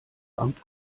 amt